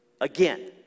again